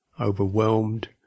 overwhelmed